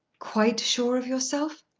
quite sure of yourself?